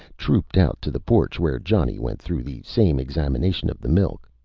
trooped out to the porch where johnny went through the same examination of the milk.